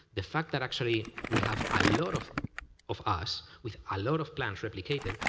the fact that actually we have a lot of of us, with a lot of plans replicated,